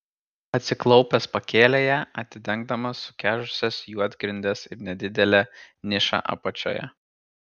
atsiklaupęs pakėlė ją atidengdamas sukežusias juodgrindes ir nedidelę nišą apačioje